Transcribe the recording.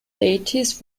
deities